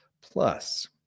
Plus